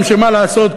בעולם שמה לעשות,